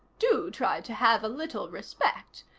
do try to have a little respect.